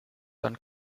dann